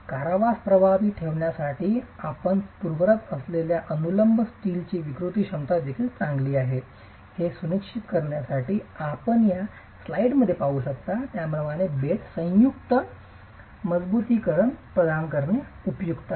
कारावास प्रभावी ठेवण्यासाठी आणि आपण पुरवत असलेल्या अनुलंब स्टीलची विकृती क्षमता देखील चांगली आहे हे सुनिश्चित करण्यासाठी आपण या चित्रात पाहता त्याप्रमाणे बेड संयुक्त मजबुतीकरण प्रदान करणे उपयुक्त आहे